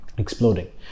exploding